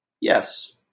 Yes